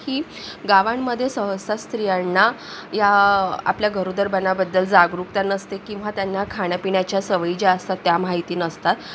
कारण की गावांमध्ये सहसा स्त्रियांना या आपल्या गरोदरपणा बद्दल जागरूकता नसते किंवा त्यांना खाण्यापिण्याच्या सवयी ज्या असतात त्या माहिती नसतात